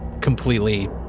completely